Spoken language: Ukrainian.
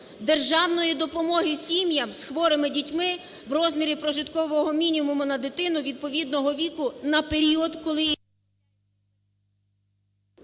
державної допомоги сім'ям з хворими дітьми в розмірі прожиткового мінімуму на дитину відповідного віку на період, коли…